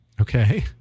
Okay